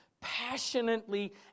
passionately